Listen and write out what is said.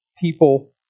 people